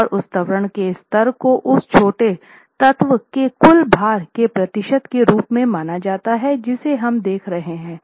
और उस त्वरण के स्तर को उस छोटे तत्व के कुल भार के प्रतिशत के रूप में माना जाता है जिसे हम देख रहे हैं